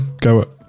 go